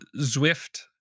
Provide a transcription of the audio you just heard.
Zwift